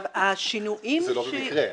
זה לא במקרה.